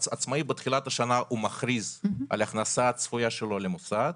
עצמאי בתחילת השנה מכריז על ההכנסה הצפויה שלו למוסד,